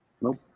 nope